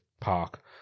park